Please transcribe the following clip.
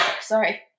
Sorry